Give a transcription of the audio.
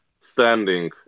standing